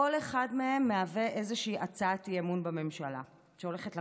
כל אחד מהם מהווה איזושהי הצעת אי-אמון בממשלה שהולכת לקום.